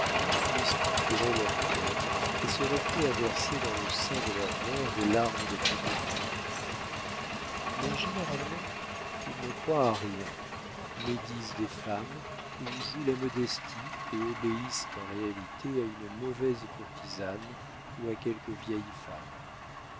tous mystifieraient leurs pères et seraient prêts à verser dans le sein de leurs mères des larmes de crocodile mais généralement ils ne croient à rien médisent des femmes ou jouent la modestie et obéissent en réalité à une mauvaise courtisane ou à quelque vieille femme